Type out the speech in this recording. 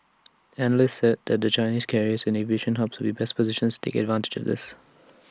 analysts said that the Chinese carriers and aviation hubs would be best positions to take advantage of this